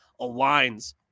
aligns